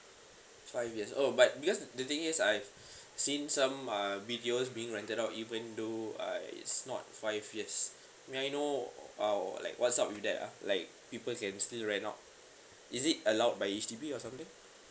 five years orh but because the thing is I've seen some uh B_T_Os being rented out even though it's not five years may I know uh what like what's up with that uh like people can still rent out is it allowed by H_D_B or something